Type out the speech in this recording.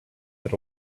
that